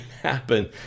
happen